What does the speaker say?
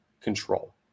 control